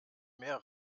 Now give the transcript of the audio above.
mehr